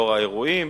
האירועים,